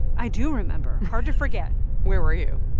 i do remember hard to forget where were you?